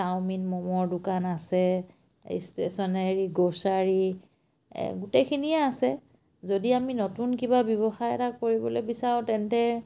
chowmein ম'মৰ দোকান আছে ইষ্টেচনাৰী গ্ৰছাৰী গোটেইখিনিয়ে আছে যদি আমি নতুন কিবা ব্যৱসায় এটা কৰিবলৈ বিচাৰোঁ তেন্তে